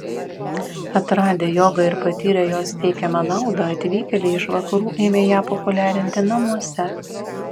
atradę jogą ir patyrę jos teikiamą naudą atvykėliai iš vakarų ėmė ją populiarinti namuose